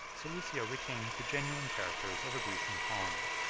seleucia retained the genuine characters of a grecian colony,